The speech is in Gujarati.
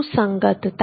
સુસંગતતા